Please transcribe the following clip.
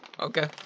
okay